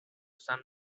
sun